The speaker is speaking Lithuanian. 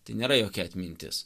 tai nėra jokia atmintis